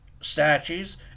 statues